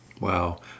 Wow